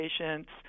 patients